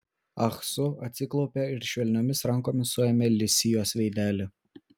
ah su atsiklaupė ir švelniomis rankomis suėmė li sijos veidelį